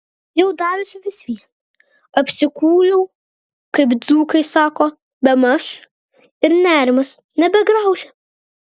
jau darosi vis vien apsikūliau kaip dzūkai sako bemaž ir nerimas nebegraužia